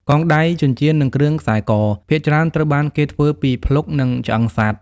កងដៃ ចិញ្ចៀន និងគ្រឿងខ្សែក ភាគច្រើនត្រូវបានគេធ្វើពីភ្លុក និងឆ្អឹងសត្វ។